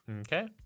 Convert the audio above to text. okay